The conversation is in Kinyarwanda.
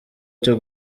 cyo